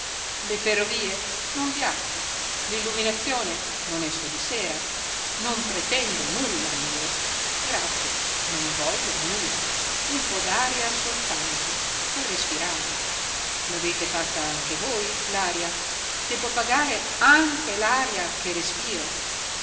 le ferrovie non viaggio l'illuminazione non esco di sera non pretendo nulla io grazie non voglio nulla un po d'aria soltanto per respirare l'avete fatta anche voi l'aria debbo pagare anche l'aria che respiro